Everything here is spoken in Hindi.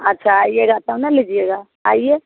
अच्छा आइएगा तब न लीजिएगा आइए